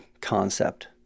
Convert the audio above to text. concept